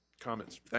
Comments